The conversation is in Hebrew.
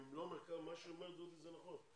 מה שאומר דודי זה נכון.